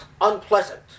unpleasant